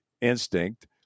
instinct